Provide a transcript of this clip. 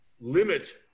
limit